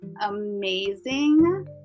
amazing